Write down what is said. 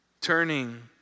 Turning